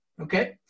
Okay